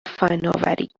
فناوری